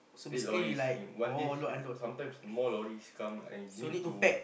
big lorries in one day sometimes more lorries come and you need to